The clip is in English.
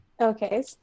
Okay